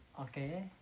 Okay